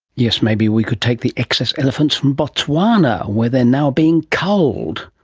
yes, maybe we could take the excess elephants from botswana where they are now being culled.